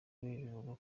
bivugwa